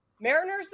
mariners